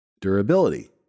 Durability